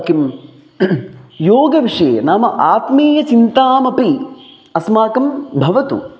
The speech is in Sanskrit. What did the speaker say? किं योगविषये नाम आत्मीयचिन्तामपि अस्माकं भवतु